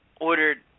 ordered